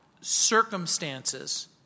circumstances